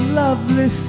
lovely